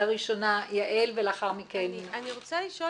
אני רוצה לשאול